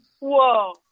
Whoa